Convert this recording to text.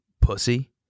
pussy